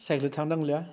सायखेलजों थांनो नांलिया